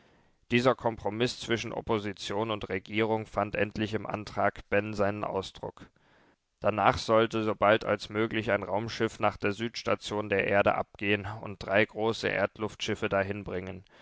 dieser kompromiß zwischen opposition und regierung fand endlich im antrag ben seinen ausdruck danach sollte sobald als möglich ein raumschiff nach der südstation der erde abgehen und drei große erdluftschiffe